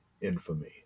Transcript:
infamy